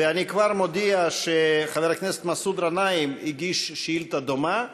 ואני כבר מודיע שחבר הכנסת מסעוד גנאים הגיש שאילתה דומה,